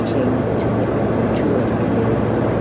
came to the law every two or three days.